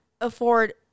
afford